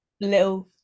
little